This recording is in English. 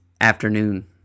afternoon